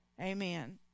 Amen